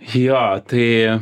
jo tai